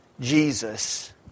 Jesus